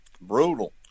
Brutal